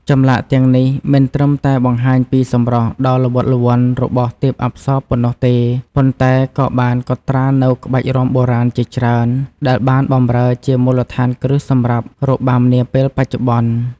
ចម្លាក់ទាំងនេះមិនត្រឹមតែបង្ហាញពីសម្រស់ដ៏ល្វត់ល្វន់របស់ទេពអប្សរប៉ុណ្ណោះទេ ប៉ុន្តែក៏បានកត់ត្រានូវក្បាច់រាំបុរាណជាច្រើនដែលបានបម្រើជាមូលដ្ឋានគ្រឹះសម្រាប់របាំនាពេលបច្ចុប្បន្ន។